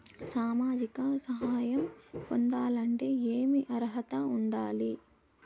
సామాజిక సహాయం పొందాలంటే ఏమి అర్హత ఉండాలి?